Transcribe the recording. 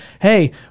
Hey